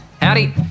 howdy